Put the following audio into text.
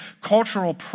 cultural